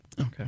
Okay